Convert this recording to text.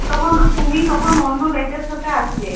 তুমি তখন তুমি তখন অন্য ব্যাচের সাথে আসবে